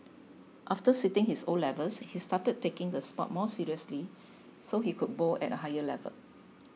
after sitting his O levels he started taking the sport more seriously so he could bowl at a higher level